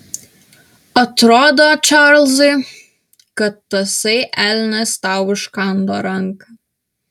atrodo čarlzai kad tasai elnias tau iškando ranką